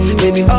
baby